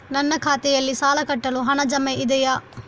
ನನ್ನ ಖಾತೆಯಲ್ಲಿ ಸಾಲ ಕಟ್ಟಲು ಹಣ ಜಮಾ ಇದೆಯೇ?